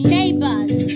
Neighbors